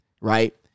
right